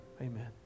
Amen